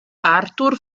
arthur